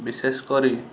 ବିଶେଷ କରି